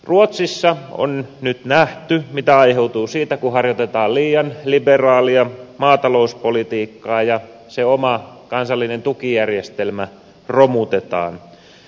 ruotsissa on nyt nähty mitä aiheutuu siitä kun harjoitetaan liian liberaalia maatalouspolitiikkaa ja se oma kansallinen tukijärjestelmä romutetaan